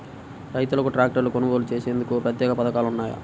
రైతులకు ట్రాక్టర్లు కొనుగోలు చేసేందుకు ప్రత్యేక పథకాలు ఉన్నాయా?